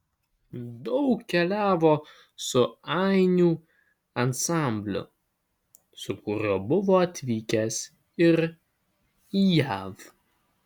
daug keliavo su ainių ansambliu su kuriuo buvo atvykęs ir į jav